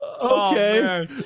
Okay